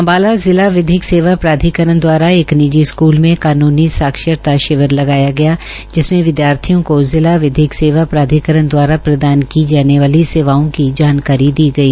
अम्बाला पि ला विधिक सेवा प्राधिकारण दवारा एक निपी स्कूल में कानूनी साक्षरता शिविर लगाया गया पि समें विद्यार्थियों को पि ला विधिक सेवा प्राधिकरण दवारा प्रदान की थाने वाली सेवाओं की थानकारी दी गई